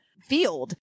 field